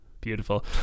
Beautiful